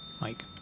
Mike